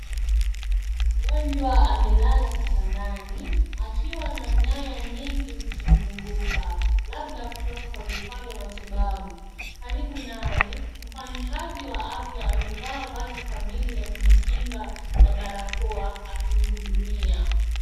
Mgonjwa amelala kitandani akiwa na nyaya nyingi zikimzunguka labda kutoka kwa vifaa vya matibabu. Karibu naye mfanyikazi wa afya amevaa vazi kamili la kujikinga na barakoa akihudumia.